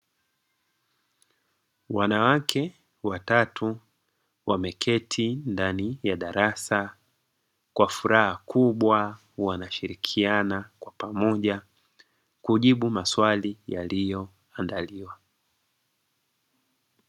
Wanawake watatu wameketi ndani ya darasa kwa furaha kubwa wanashirikiana kwa pamoja kujibu maswali yaliyoandaliwa.